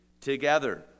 together